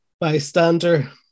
Bystander